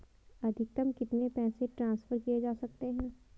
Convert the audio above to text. अधिकतम कितने पैसे ट्रांसफर किये जा सकते हैं?